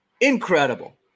Incredible